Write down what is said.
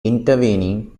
intervening